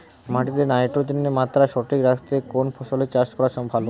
মাটিতে নাইট্রোজেনের মাত্রা সঠিক রাখতে কোন ফসলের চাষ করা ভালো?